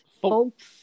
folks